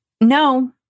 No